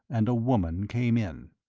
and a woman came in.